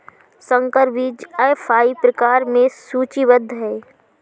संकर बीज एफ.आई प्रकार में सूचीबद्ध है